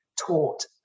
taught